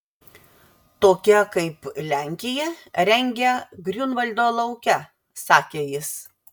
tokia kaip lenkija rengia griunvaldo lauke sakė jis